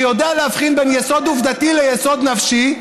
שיודע להבחין בין יסוד עובדתי ליסוד נפשי.